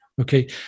okay